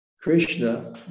Krishna